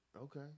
okay